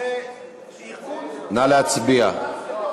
נא להצביע.